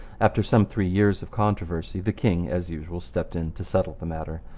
after some three years of controversy the king, as usual, stepped in to settle the matter.